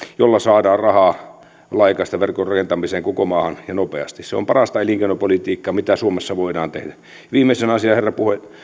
joilla saadaan rahaa laajakaistaverkon rakentamiseen koko maahan ja nopeasti se on parasta elinkeinopolitiikkaa mitä suomessa voidaan tehdä viimeisenä asiana herra